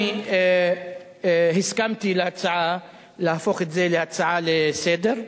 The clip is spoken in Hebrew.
אני הסכמתי להצעה להפוך את זה להצעה לסדר-היום,